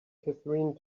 catherine